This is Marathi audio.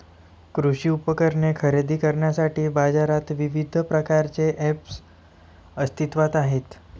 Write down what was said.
कृषी उपकरणे खरेदी करण्यासाठी बाजारात विविध प्रकारचे ऐप्स अस्तित्त्वात आहेत